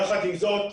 יחד עם זאת,